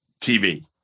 TV